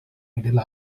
middle